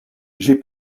j’ai